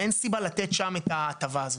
אין סיבה לתת שם את ההטבה הזו.